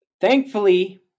thankfully